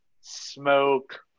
smoke